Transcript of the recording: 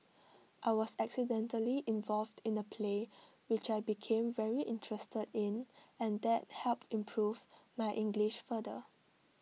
I was accidentally involved in A play which I became very interested in and that helped improve my English further